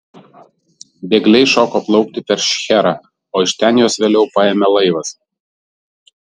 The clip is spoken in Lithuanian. bėgliai šoko plaukti per šcherą o iš ten juos vėliau paėmė laivas